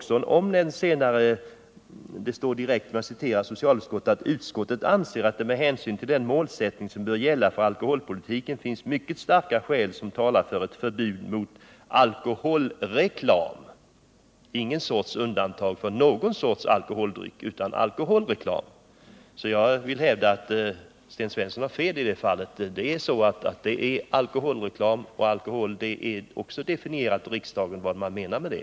Sedan anförs: ” Utskottet anser att det med hänsyn till den målsättning som bör gälla för alkoholpolitiken finns mycket starka skäl som talar för ett förbud mot alkoholreklam.” Där görs inget som helst undantag för någon särskild sorts alkoholdryck. Jag vill hävda att Sten Svensson har fel, att det gäller alkoholreklam och att det finns definierat vad riksdagen menar med det.